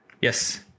Yes